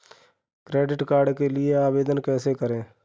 Credit card के लिए आवेदन कैसे करें?